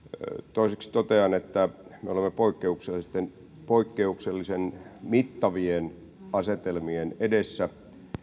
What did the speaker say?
toiseksi totean että me olemme poikkeuksellisen mittavien asetelmien edessä